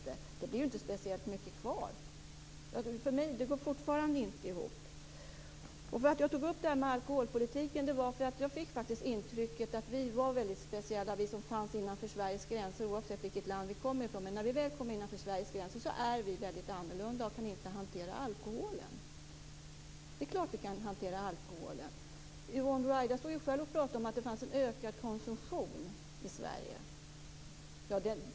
Det blir inte speciellt mycket kvar. Det går fortfarande inte ihop för mig. Jag tog upp alkoholpolitiken därför att jag fick intrycket att vi som finns innanför Sveriges gränser, oavsett vilket land vi kommer ifrån, är väldigt speciella. När vi väl kommer innanför Sveriges gränser blir vi väldigt annorlunda och kan inte hantera alkoholen. Det är klart att vi kan hantera alkoholen. Yvonne Ruwaida pratade själv om att det finns en ökad konsumtion i Sverige.